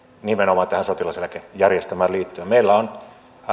nimenomaan tähän sotilaseläkejärjestelmään liittyen meillä on